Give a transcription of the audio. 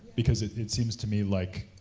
because it seems to me like,